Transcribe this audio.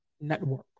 Network